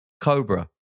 Cobra